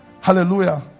Hallelujah